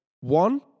one